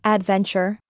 Adventure